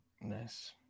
Nice